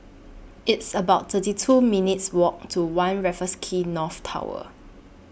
It's about thirty two minutes Walk to one Raffles Quay North Tower